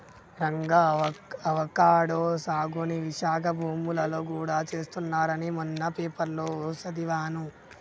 Ranga avocado సాగుని విశాఖ భూములలో గూడా చేస్తున్నారని మొన్న పేపర్లో సదివాను